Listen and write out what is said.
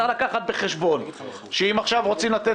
צריך לקחת בחשבון שאם עכשיו רוצים לתת